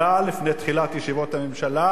לפני תחילת ישיבות הממשלה,